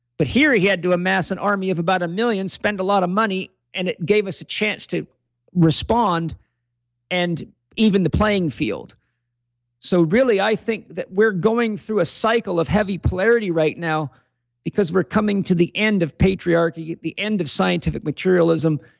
but here he had to amass an army of about a million spend a lot of money and it gave us a chance to respond and even the playing field so really i think that we're going through a cycle of heavy polarity right now because we're coming to the end of patriarchy, at the end of scientific materialism,